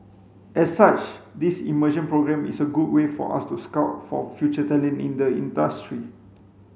as such this immersion programme is a good way for us to scout for future talent in the industry